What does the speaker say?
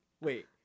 wait